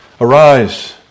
Arise